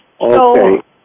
Okay